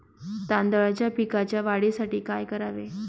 तांदळाच्या पिकाच्या वाढीसाठी काय करावे?